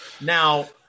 Now